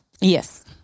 Yes